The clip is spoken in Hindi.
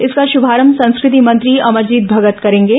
इसका शुभारंभ संस्कृति मंत्री अमरजीत भगत करेंगे